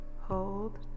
hold